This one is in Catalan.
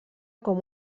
com